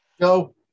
Go